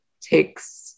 takes